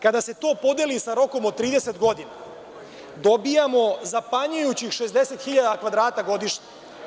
Kada se to podeli sa rokom od 30 godina dobijamo zapanjujućih 60.000 kvadrata godišnje.